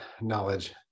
knowledge